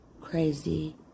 crazy